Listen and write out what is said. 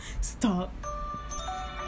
Stop